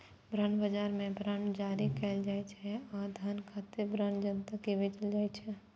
bond बाजार मे bond जारी कैल जाइ छै आ धन खातिर बांड जनता कें बेचल जाइ छै